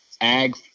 ag